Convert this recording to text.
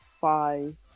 five